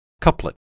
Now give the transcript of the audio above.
Couplet